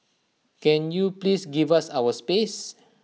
can you please give us our space